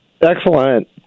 Excellent